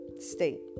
state